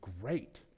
great